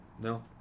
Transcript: No